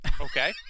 Okay